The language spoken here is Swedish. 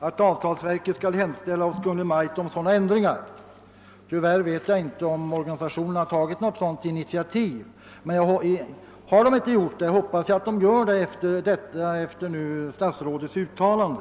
att avtalsverket skall hemställa hos Kungl. Maj:t om sådana ändringar.» Tyvärr vet jag inte, om organisationerna har tagit något sådant initiativ, men har de inte gjort det, hoppas jag att de gör det nu efter statsrådets uttalande.